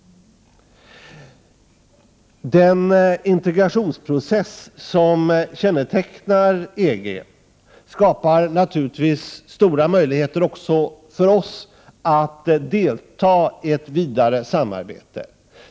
Den integrationsprocess som kännetecknar EG skapar naturligtvis även för oss stora möjligheter att delta i ett vidare samarbete.